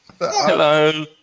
Hello